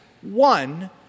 one